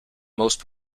most